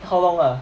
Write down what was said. how long ah